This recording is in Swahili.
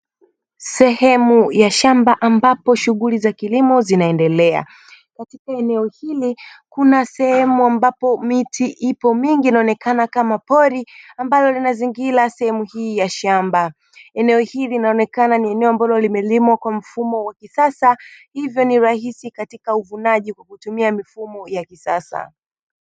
Sehemu ya shamba ambapo shughuli za kilimo zinaendelea katika eneo hili kuna sehemu ambapo miti ipo mingi inaonekana kama pori ambalo linazingira sehemu hii ya shamba. Eneo hili linaonekana ni eneo ambalo limelimwa kwa mfumo wa kisasa hivyo ni rahisi katika uvunaji kwa kutumia mifumo ya kisasa.